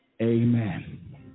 Amen